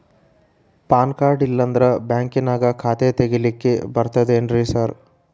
PAN card ಇಲ್ಲಂದ್ರ ಬ್ಯಾಂಕಿನ್ಯಾಗ ಖಾತೆ ತೆಗೆಲಿಕ್ಕಿ ಬರ್ತಾದೇನ್ರಿ ಸಾರ್?